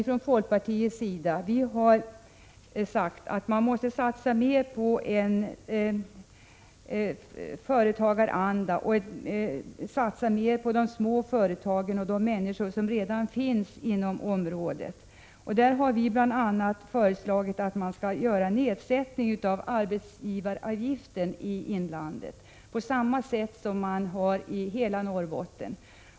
Från folkpartiet har vi sagt att man måste satsa mer på företagarandan, på de små företagen och på de människor som redan finns inom området. Vi har bl.a. föreslagit en sänkning av arbetsgivaravgiften i inlandet på samma sätt som har skett i hela Norrbotten.